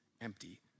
empty